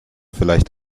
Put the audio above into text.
vielleicht